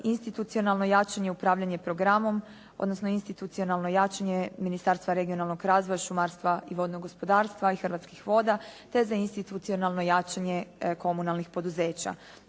Institucionalno jačanje i upravljanje programom, odnosno institucionalno jačanje Ministarstva regionalnog razvoja, šumarstva i vodnog gospodarstva i Hrvatskih voda te za institucionalno jačanje komunalnih poduzeća,